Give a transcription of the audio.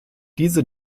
diese